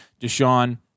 Deshaun